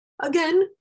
Again